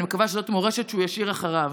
אני מקווה שזאת מורשת שהוא ישאיר אחריו.